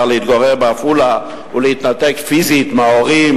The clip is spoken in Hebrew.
להתגורר בעפולה ולהתנתק פיזית מההורים,